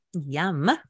yum